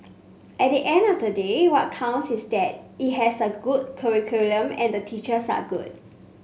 at the end of the day what counts is that it has a good curriculum and the teachers are good